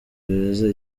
beza